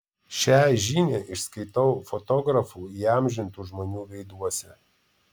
šią žinią išskaitau fotografų įamžintų žmonių veiduose